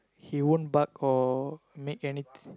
he won't bark or make any